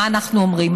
מה אנחנו אומרים?